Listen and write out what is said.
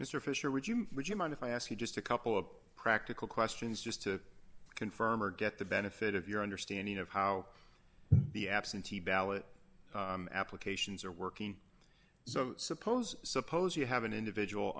mr fisher would you would you mind if i ask you just a couple of practical questions just to confirm or get the benefit of your understanding of how the absentee ballot applications are working so suppose suppose you have an individual